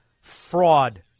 fraud